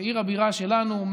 בעיר הבירה שלנו,